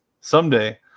Someday